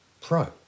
Pro